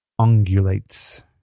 ungulates